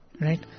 right